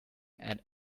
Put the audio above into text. and